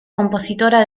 compositora